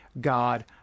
God